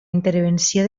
intervenció